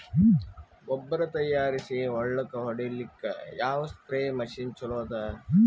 ಗೊಬ್ಬರ ತಯಾರಿಸಿ ಹೊಳ್ಳಕ ಹೊಡೇಲ್ಲಿಕ ಯಾವ ಸ್ಪ್ರಯ್ ಮಷಿನ್ ಚಲೋ ಅದ?